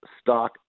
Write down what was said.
stock